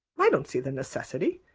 i don't see the necessity.